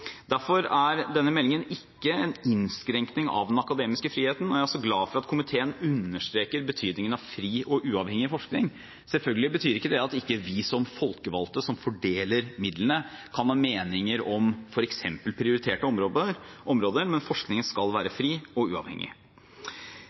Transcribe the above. Derfor er denne meldingen ikke en innskrenkning av den akademiske friheten, og jeg er også glad for at komiteen understreker betydningen av fri og uavhengig forskning. Selvfølgelig betyr ikke det at ikke vi som folkevalgte, som fordeler midlene, kan ha meninger om f.eks. prioriterte områder, men forskningen skal være